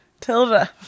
tilda